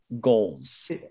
goals